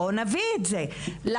בואי נביא את זה לחקיקה.